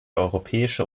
europäische